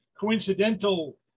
coincidental